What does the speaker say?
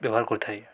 ବ୍ୟବହାର କରିଥାଏ